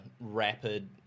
rapid